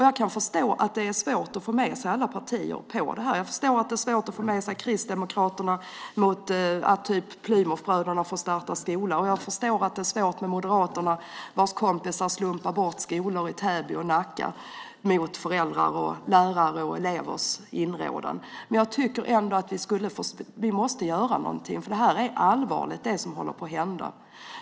Jag kan förstå att det är svårt att få med sig alla partier bakom det. Jag förstår att det är svårt att få med sig Kristdemokraterna när det gäller att Plymouthbröderna får starta skola och sådana typer av fall. Jag förstår att det är svårt att få med sig Moderaterna, vars kompisar slumpar bort skolor i Täby och Nacka mot föräldrars, lärares och elevers inrådan. Men vi måste göra någonting. Det som håller på att hända är allvarligt.